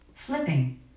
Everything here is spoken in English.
Flipping